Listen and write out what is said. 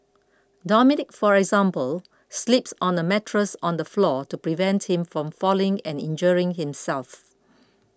Dominic for example sleeps on a mattress on the floor to prevent him from falling and injuring himself